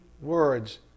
words